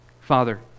Father